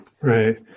Right